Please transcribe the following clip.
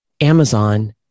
Amazon